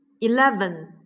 eleven